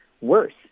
worse